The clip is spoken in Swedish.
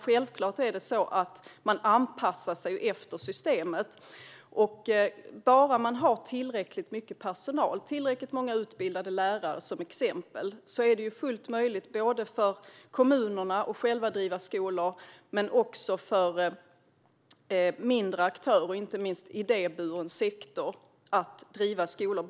Självklart är det så att man anpassar sig efter systemet, och bara man har tillräckligt mycket personal, till exempel tillräckligt många utbildade lärare, är det fullt möjligt både för kommunerna att själva driva skolor och för mindre aktörer, inte minst idéburen sektor, att driva skolor.